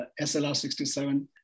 SLR67